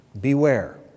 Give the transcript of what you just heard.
beware